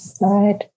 Right